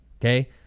okay